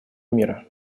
мира